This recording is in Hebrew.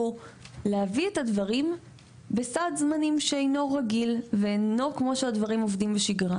להביא את הדברים בסעד זמנים שאינו רגיל ואינו כמו שהדברים עובדים בשגרה.